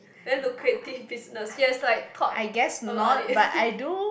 very lucrative business she has like thought about it